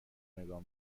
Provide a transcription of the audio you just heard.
نگاه